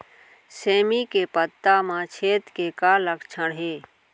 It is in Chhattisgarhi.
सेमी के पत्ता म छेद के का लक्षण हे?